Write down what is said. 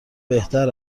بهتر